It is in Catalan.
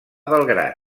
belgrad